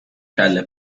کله